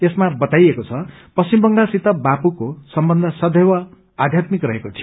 यसमा बताइएको छ पश्चिम बंगालसित बापूको सम्बन्ध सदैव आध्यात्मिक रहेको थियो